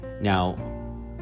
Now